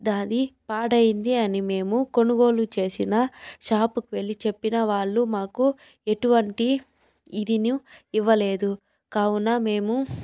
దాని పాడయింది అని మేము కొనుగోలు చేసిన షాపు కు వెళ్లి చెప్పిన వాళ్ళు మాకు ఎటువంటి ఇది నివ్ ఇవ్వలేదు కావున మేము